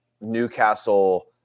Newcastle